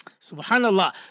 Subhanallah